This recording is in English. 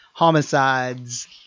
Homicides